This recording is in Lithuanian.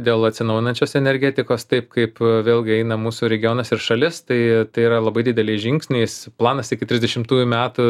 dėl atsinaujinančios energetikos taip kaip vėlgi eina mūsų regionas ir šalis tai tai yra labai dideliais žingsniais planas trisdešimtųjų metų